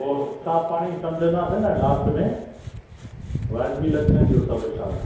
पोइ असां पाणेई सम्झंदा से न लास्ट में वाजिबी लॻाइजो सभु हिसाबु